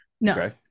No